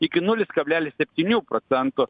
iki nulis kablelis septynių procentų